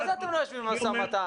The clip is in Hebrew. מה זה אתם לא יושבים למשא ומתן?